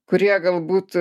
kurie galbūt